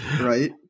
right